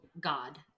God